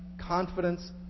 confidence